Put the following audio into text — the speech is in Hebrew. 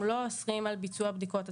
לא אוסרים על ביצוע בדיקות עצמוניות.